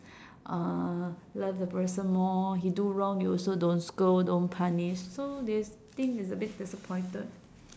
uh love the person more he do wrong you also don't scold don't punish so they think it's a bit disappointed